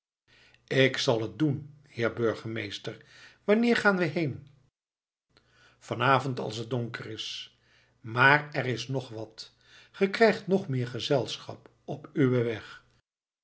ik zal het doen heer burgemeester wanneer gaan we heen vanavond als het donker is maar er is nog wat ge krijgt nog meer gezelschap op uwen weg